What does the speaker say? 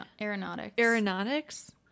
Aeronautics